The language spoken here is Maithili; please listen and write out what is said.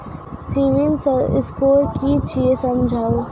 सिविल स्कोर कि छियै समझाऊ?